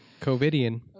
COVIDian